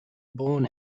born